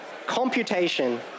computation